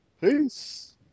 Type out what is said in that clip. Peace